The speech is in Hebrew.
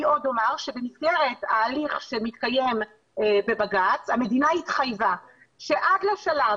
עוד אומר שבמסגרת ההליך שמתקיים בבג"צ המדינה התחייבה שעד לשלב